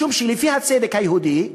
משום שלפי הצדק היהודי,